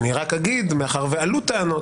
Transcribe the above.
מאחר שעלו טענות,